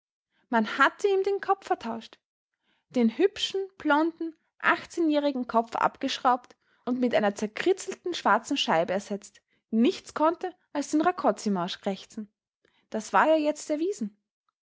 man hatte ihm den kopf vertauscht den hübschen blonden achtzehnjährigen kopf abgeschraubt und mit einer zerkritzelten schwarzen scheibe ersetzt die nichts konnte als den rakoczymarsch krächzen das war ja jetzt erwiesen